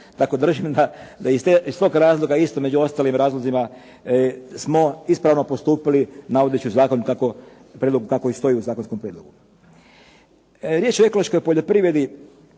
Tako držim da iz tog razloga isto među ostalim razlozima smo ispravno postupili navodeći u zakonu kako i stoji u zakonskom prijedlogu. Riječ o ekološkoj poljoprivredi,